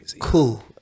cool